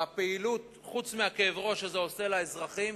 בפעילות חוץ מכאב הראש שזה עושה לאזרחים.